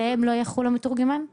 שעליהן לא יחול המתורגמן?